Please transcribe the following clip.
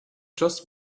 just